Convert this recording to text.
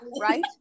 right